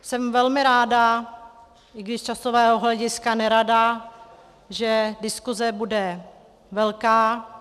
Jsem velmi ráda, i když z časového hlediska nerada, že diskuse bude velká.